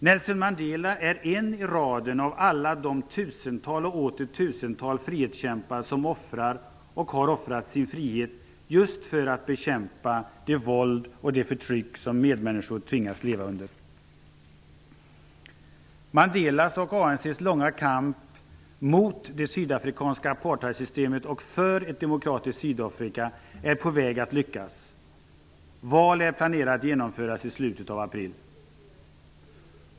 Nelson Mandela är en i raden av alla de tusen och åter tusen frihetskämpar som offrar och har offrat sin frihet just för att bekämpa det våld och det förtryck som medmänniskor tvingas leva under. Mandelas och ANC:s långa kamp mot det sydafrikanska apartheidsystemet och för ett demokratiskt Sydafrika är på väg att lyckas. Val är planerade att genomföras i slutet av april.